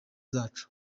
zacu